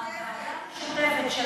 לוועדה משותפת.